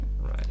right